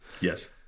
yes